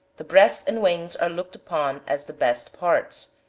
the breast and wings are looked upon as the best parts,